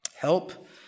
Help